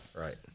Right